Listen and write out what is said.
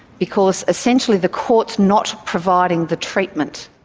because essentially the court's not providing the treatment.